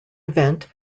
event